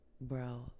bro